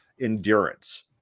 endurance